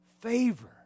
favor